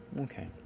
Okay